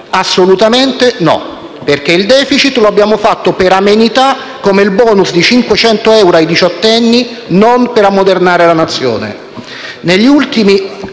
Assolutamente no. Il *deficit* lo abbiamo fatto per amenità come il *bonus* di 500 euro ai diciottenni, non per ammodernare la Nazione.